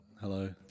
Hello